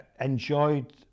enjoyed